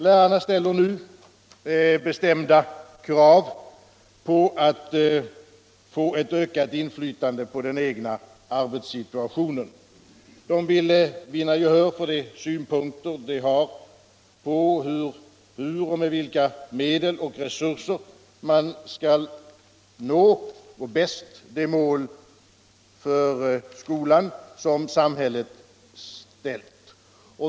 Lärarna ställer nu bestämda krav på att få ett ökat inflytande på den egna arbetssituationen. De vill vinna gehör för de synpunkter de har på hur och med vilka medel och resurser man bäst når de mål för skolan som samhället har ställt.